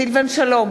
סילבן שלום,